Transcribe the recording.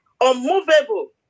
Unmovable